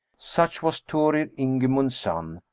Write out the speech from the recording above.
such was thorir ingimund's son,